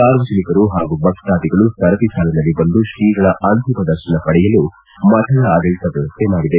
ಸಾರ್ವಜನಿಕರು ಹಾಗೂ ಭಕ್ತಾದಿಗಳು ಸರತಿ ಸಾಲಿನಲ್ಲಿ ಬಂದು ಶ್ರೀಗಳ ಅಂತಿಮ ದರ್ಶನ ಪಡೆಯಲು ಮಠದ ಆಡಳಿತ ವ್ಯವಸ್ಥೆ ಮಾಡಿದೆ